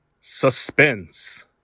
Suspense